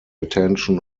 attention